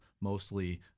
mostly